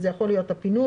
שזה יכול להיות פינוי,